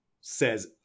says